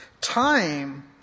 time